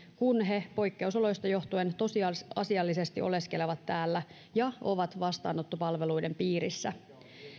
kun he poikkeusoloista johtuen tosiasiallisesti oleskelevat täällä ja ovat vastaanottopalveluiden piirissä